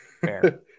Fair